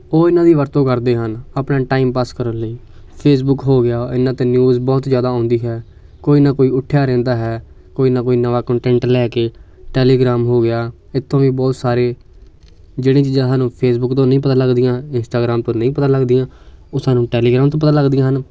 ਉਹ ਇਹਨਾਂ ਦੀ ਵਰਤੋਂ ਕਰਦੇ ਹਨ ਆਪਣਾ ਟਾਈਮ ਪਾਸ ਕਰਨ ਲਈ ਫੇਸਬੁੱਕ ਹੋ ਗਿਆ ਇਹਨਾਂ 'ਤੇ ਨਿਊਜ਼ ਬਹੁਤ ਜ਼ਿਆਦਾ ਆਉਂਦੀ ਹੈ ਕੋਈ ਨਾ ਕੋਈ ਉੱਠਿਆ ਰਹਿੰਦਾ ਹੈ ਕੋਈ ਨਾ ਕੋਈ ਨਵਾਂ ਕੋਂਟੈਂਟ ਲੈ ਕੇ ਟੈਲੀਗ੍ਰਾਮ ਹੋ ਗਿਆ ਇੱਥੋਂ ਵੀ ਬਹੁਤ ਸਾਰੇ ਜਿਹੜੀਆਂ ਚੀਜ਼ਾਂ ਸਾਨੂੰ ਫੇਸਬੁੱਕ ਤੋਂ ਨਹੀਂ ਪਤਾ ਲੱਗਦੀਆਂ ਇੰਸਟਾਗ੍ਰਾਮ ਪਰ ਨਹੀਂ ਪਤਾ ਲੱਗਦੀਆਂ ਉਹ ਸਾਨੂੰ ਟੈਲੀਗ੍ਰਾਮ ਤੋਂ ਪਤਾ ਲੱਗਦੀਆਂ ਹਨ